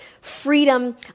freedom